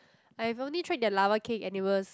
I've only tried their lava cake and it was